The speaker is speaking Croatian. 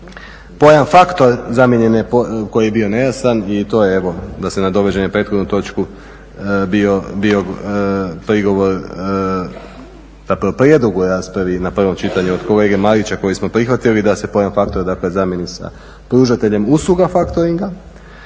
Pojam faktor zamijenjen je koji je bio nejasan i to je evo da se nadovežem na prethodnu točku bio prigovor, zapravo prijedlog u raspravi na prvom čitanju od kolege Marića koji smo prihvatili da se pojam faktor, dakle zamijeni sa pružateljem usluga faktoringa,